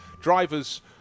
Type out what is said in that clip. drivers